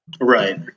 Right